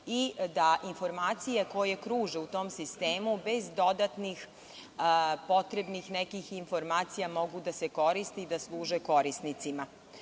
i da informacije koje kruže u tom sistemu bez dodatnih potrebnih nekih informacija mogu da se koriste i da služe korisnicima.